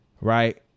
right